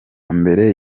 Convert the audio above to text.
mbere